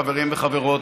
חברים וחברות,